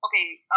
okay